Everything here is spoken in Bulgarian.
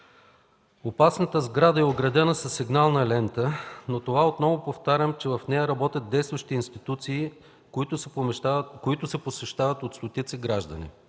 Опасната сграда е оградена със сигнална лента, но, отново повтарям, в нея работят действащи институции, които се посещават от стотици граждани.